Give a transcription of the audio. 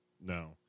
No